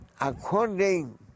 according